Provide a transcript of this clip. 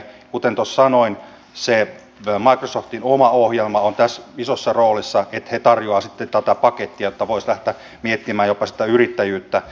kuten tuossa sanoin se microsoftin oma ohjelma on tässä isossa roolissa se että he tarjoavat sitten tätä pakettia että voisi lähteä miettimään jopa sitä yrittäjyyttä